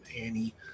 Annie